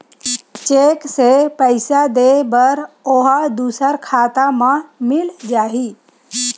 Cheque से पईसा दे बर ओहा दुसर खाता म मिल जाही?